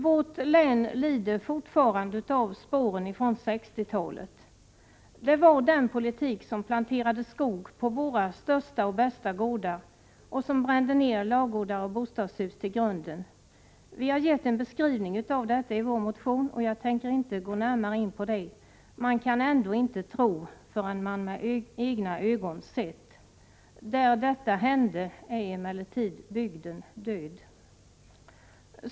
Vårt län lider fortfarande av spåren från 1960-talet, från den politik som planterade skog på våra största och bästa gårdar och som brände ner ladugårdar och bostadshus till grunden. Vi har gett en beskrivning av detta i vår motion, och jag tänker inte gå närmare in på det. Man kan ändå inte tro förrän man med egna ögon sett. Där detta hände är emellertid bygden död.